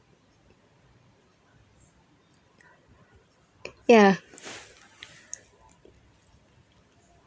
ya